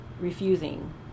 refusing